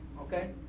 Okay